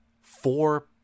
four